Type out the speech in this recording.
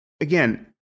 again